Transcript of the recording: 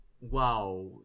wow